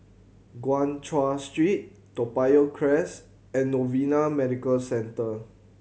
Guan Chuan Street Toa Payoh Crest and Novena Medical Centre